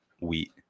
wheat